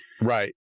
Right